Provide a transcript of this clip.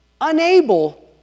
unable